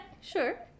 sure